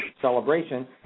celebration